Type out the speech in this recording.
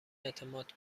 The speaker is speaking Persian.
اعتماد